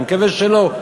אני מקווה שלא,